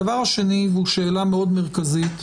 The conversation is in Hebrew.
הדבר השני, והוא שאלה מאוד מרכזית,